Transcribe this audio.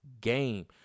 game